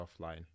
offline